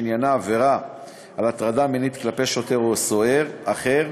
עבירה של הטרדה מינית כלפי שוטר או סוהר אחר,